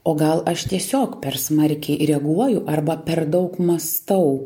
o gal aš tiesiog per smarkiai reaguoju arba per daug mąstau